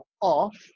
off